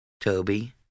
Toby